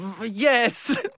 Yes